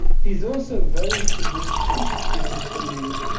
he's also very significant, people believe,